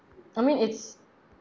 I mean it's